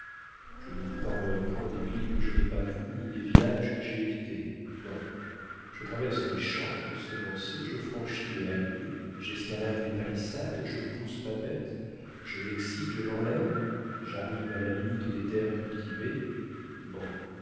je ne vous parlerai point des villes que je n'ai pas vues ni des villages que j'ai évités non je traverse les champs ensemencés je franchis les halliers j'escalade les palissades je pousse ma bête je l'excite je l'enlève j'arrive à la limite des terres cultivées bon